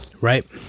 Right